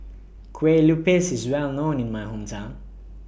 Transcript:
Kueh Lupis IS Well known in My Hometown